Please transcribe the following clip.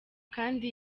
kandi